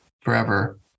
forever